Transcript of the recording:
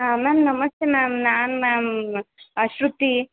ಹಾಂ ಮ್ಯಾಮ್ ನಮಸ್ತೆ ಮ್ಯಾಮ್ ನಾನು ಮ್ಯಾಮ್ ಶ್ರುತಿ